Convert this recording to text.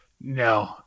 no